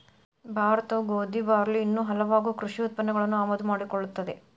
ಭಾರತವು ಗೋಧಿ, ಬಾರ್ಲಿ ಇನ್ನೂ ಹಲವಾಗು ಕೃಷಿ ಉತ್ಪನ್ನಗಳನ್ನು ಆಮದು ಮಾಡಿಕೊಳ್ಳುತ್ತದೆ